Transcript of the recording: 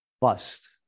bust